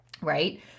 right